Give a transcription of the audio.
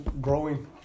growing